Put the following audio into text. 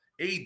AD